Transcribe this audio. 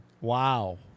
Wow